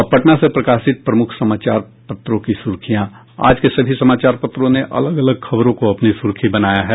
अब पटना से प्रकाशित प्रमुख समाचार पत्रों की सुर्खियां आज के सभी समाचार पत्रों ने अलग अलग खबरों को अपनी सुर्खी बनाया है